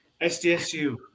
SDSU